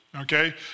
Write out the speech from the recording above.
okay